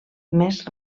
més